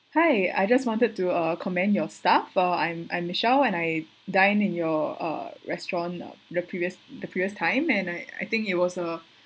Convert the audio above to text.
hi I just wanted to uh comment your staff uh I'm I'm michelle and I dine in your uh restaurant uh the previous the previous time and I I think it was a